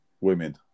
women